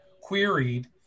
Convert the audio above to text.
queried